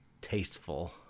tasteful